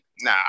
nah